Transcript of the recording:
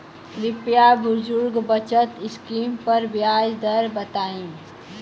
कृपया बुजुर्ग बचत स्किम पर ब्याज दर बताई